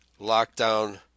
lockdown